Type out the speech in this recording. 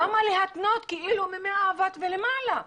למה להתנות מ-100 ואט ומעלה.